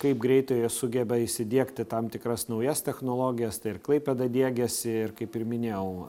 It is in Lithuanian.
kaip greitai jas sugeba įsidiegti tam tikras naujas technologijas tai ir klaipėda diegiasi ir kaip ir minėjau